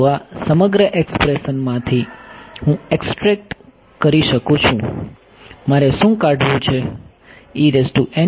તો આ સમગ્ર એક્સપ્રેશનમાંથી હું એક્સ્ટ્રેક્ટ કરી શકું છું મારે શું કાઢવું છે